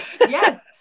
Yes